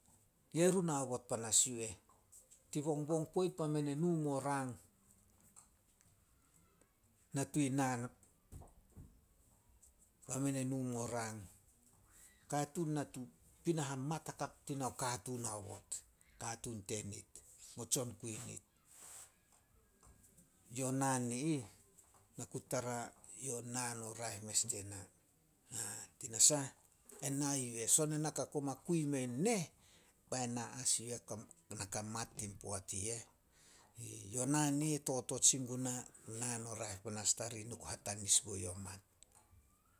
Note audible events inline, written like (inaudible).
Yerun aobot panas yu eh. Tin bongbong poit bai men e nu muo rang, natu naan bai men e nu mo rang. Katuun natu pina hamat hakap dina katuun haobot, katuun tenit, mo tsonkui nit. Yo naan i ih na ku tara, yo naan o raeh mes tena. (unintelligible) Tinasah ena yu eh, son ena ka koma kui mein neh, bai na as yu eh (unintelligible) na ka mat tin poat i eh. Yo naan i ih totot sin guna o naan o raeh panas tarih na ku hatanis bo yo mat.